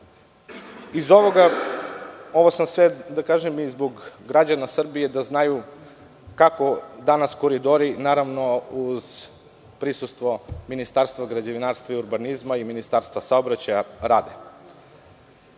gradilišta. Ovo sam sve rekao i zbog građana Srbije, da znaju kako danas „Koridori“, naravno, uz prisustvo Ministarstva građevinarstva i urbanizma i Ministarstva saobraćaja, rade. Sedam